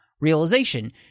realization